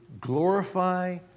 glorify